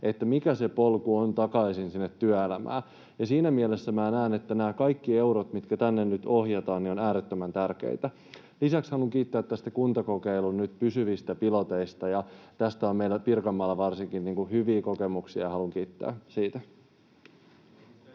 että mikä se polku on takaisin sinne työelämään. Siinä mielessä minä näen, että nämä kaikki eurot, mitkä tänne nyt ohjataan, ovat äärettömän tärkeitä. Lisäksi haluan kiittää näistä kuntakokeilun pysyvistä piloteista. Tästä on varsinkin meillä Pirkanmaalla ollut hyviä kokemuksia, ja haluan kiittää siitä.